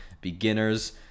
Beginners